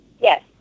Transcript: Yes